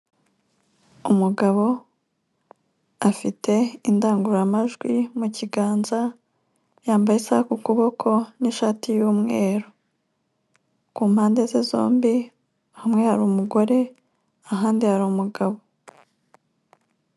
Umugabo afite indangururamajwi mu kiganza, yambaye isaha ku kuboko n'ishati y'umweru, ku mpande ze zombi hamwe hari umugore ahandi hari umugabo.